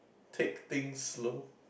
take things slow